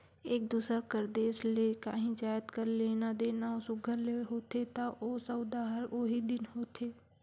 एक दूसर कर देस ले काहीं जाएत कर लेना देना सुग्घर ले होथे ता ओ सउदा हर ओही दिन होथे